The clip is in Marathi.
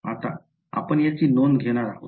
तर आपण याची नोंद घेणार आहोत